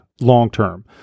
long-term